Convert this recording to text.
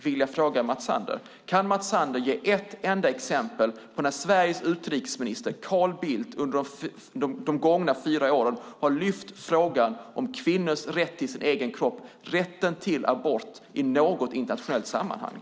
Kan Mats Sander ge ett enda exempel på när Sveriges utrikesminister Carl Bildt under de gångna fyra åren i ett internationellt sammanhang har lyft upp frågan om kvinnors rätt till sin egen kropp och rätten till abort?